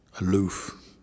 aloof